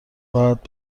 راحت